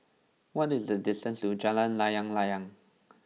what is the distance to Jalan Layang Layang